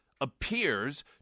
appears